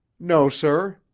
no, sir.